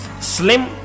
slim